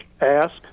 ask